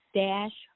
dash